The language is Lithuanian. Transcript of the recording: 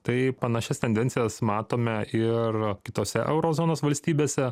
tai panašias tendencijas matome ir kitose euro zonos valstybėse